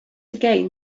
again